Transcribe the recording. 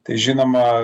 tai žinoma